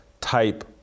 type